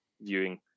viewing